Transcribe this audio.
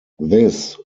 this